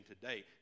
today